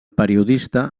periodista